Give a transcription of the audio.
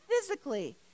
physically